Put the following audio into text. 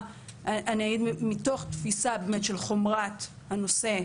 מתוך תפיסה באמת של חומרת הנושא,